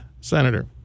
Senator